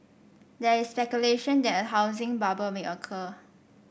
there is speculation that a housing bubble may occur